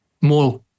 more